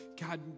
God